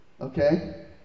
Okay